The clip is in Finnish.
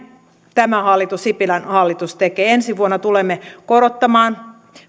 tämä hallitus sipilän hallitus tekee ensi vuonna tulemme korottamaan